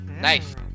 nice